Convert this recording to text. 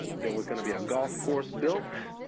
there was gonna be a golf course built,